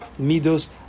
midos